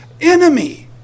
enemy